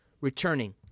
returning